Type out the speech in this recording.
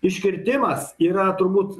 iškirtimas yra turbūt